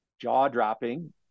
jaw-dropping